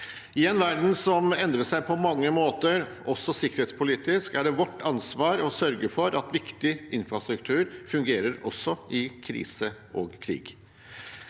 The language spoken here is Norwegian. I en verden som endrer seg på mange måter, også sikkerhetspolitisk, er det vårt ansvar å sørge for at viktig infrastruktur fungerer også i krise og krig.